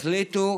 החליטו